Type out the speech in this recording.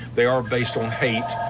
they are based on hate.